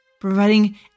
providing